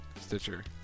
Stitcher